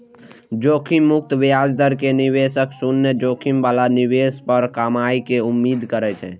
जोखिम मुक्त ब्याज दर मे निवेशक शून्य जोखिम बला निवेश पर कमाइ के उम्मीद करै छै